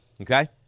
Okay